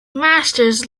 masters